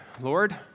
Lord